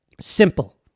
simple